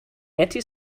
anti